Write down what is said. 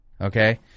Okay